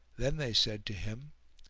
then they said to him,